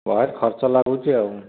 ବହେ ଖର୍ଚ୍ଚ ଲାଗୁଛି ଆଉ